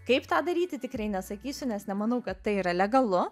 kaip tą daryti tikrai nesakysiu nes nemanau kad tai yra legalu